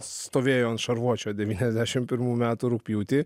stovėjo ant šarvuočio devyniasdešimt pirmų metų rugpjūtį